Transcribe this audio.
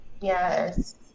Yes